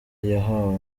yahawe